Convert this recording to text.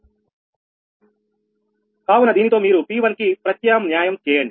కావున దీనితో మీరు P1 కి ప్రత్యామ్న్యాయం చేయండి